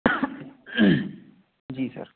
जी sir